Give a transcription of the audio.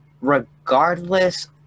regardless